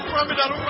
Ramadan